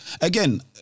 again